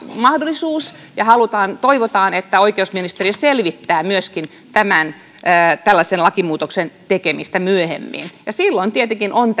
mahdollisuus ja toivotaan että oikeusministeriö selvittää myöskin tällaisen lakimuutoksen tekemistä myöhemmin ja silloin tietenkin on